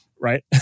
right